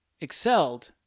excelled